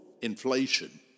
inflation